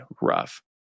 rough